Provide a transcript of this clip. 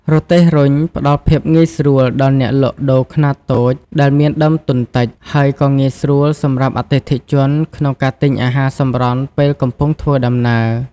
រទេះរុញ ផ្តល់ភាពងាយស្រួលដល់អ្នកលក់ដូរខ្នាតតូចដែលមានដើមទុនតិច ហើយក៏ងាយស្រួលសម្រាប់អតិថិជនក្នុងការទិញអាហារសម្រន់ពេលកំពុងធ្វើដំណើរ។